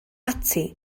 ati